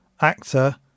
actor